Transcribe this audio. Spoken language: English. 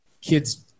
kids